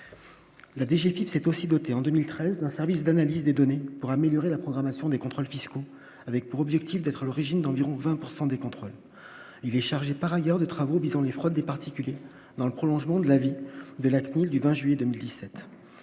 des DGF, il s'est aussi dotée en 2013, d'un service d'analyse des données pour améliorer la programmation des contrôles fiscaux, avec pour objectif d'être à l'origine d'environ 20 pourcent des contrôles, il est chargé par ailleurs de travaux visant les fraudes des particuliers, dans le prolongement de l'avis de la CNIL du 20 juillet 2017,